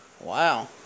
Wow